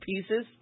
pieces